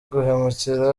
guhemukira